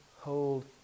hold